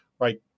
right